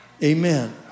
Amen